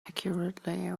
accurately